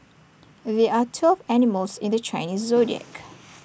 there are twelve animals in the Chinese Zodiac